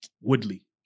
Woodley